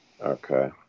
Okay